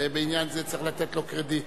ובעניין זה צריך לתת לו קרדיט.